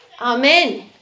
Amen